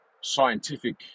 scientific